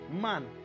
man